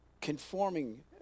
Conforming